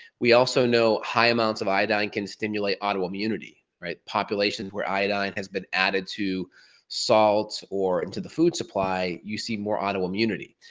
we also know high amounts of iodine can stimulate autoimmunity, right? population for iodine has been added to salts or into the food supply, you see more autoimmunity.